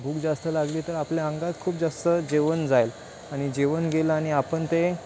भूक जास्त लागली तर आपल्या अंगात खूप जास्त जेवण जाईल आणि जेवण गेलं आणि आपण ते